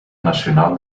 nacional